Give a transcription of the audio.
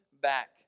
back